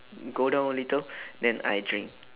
go down a little then I drink